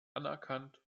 anerkannt